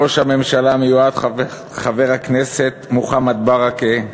ראש הממשלה המיועד חבר הכנסת מוחמד ברכה,